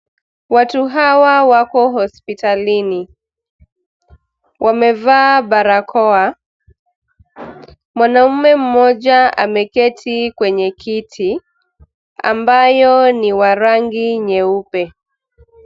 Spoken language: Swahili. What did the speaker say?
Watu hawa wako hospitalini, wamevaa barakoa, mwanaume mmoja amekaa kwenye kiti ambayo ni ya rangi nyeupe.